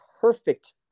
perfect